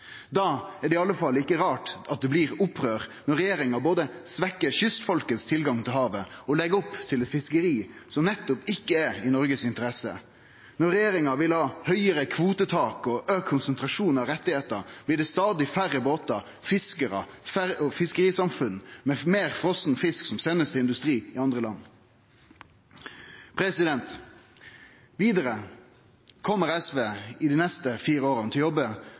Da er det i alle fall ikkje rart at det blir opprør når regjeringa både svekkjer kystfolkets tilgang til havet og legg opp til eit fiskeri som nettopp ikkje er i Noregs interesse. Når regjeringa vil ha høgare kvotetak og auka konsentrasjon av rettane, blir det stadig færre båtar, fiskarar og fiskerisamfunn og meir frosen fisk som blir send til industri i andre land. Vidare kjem SV dei neste fire åra til